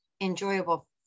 enjoyable